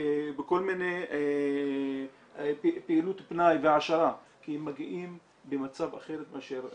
בכל מיני פעילות פנאי והעשרה כי מגיעים במצב אחר מאשר מבוגר.